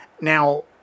now